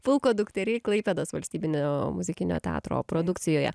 pulko duktery klaipėdos valstybinio muzikinio teatro produkcijoje